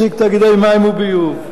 נציג תאגידי מים וביוב,